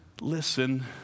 listen